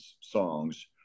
songs